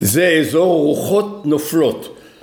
זה אזור רוחות נופלות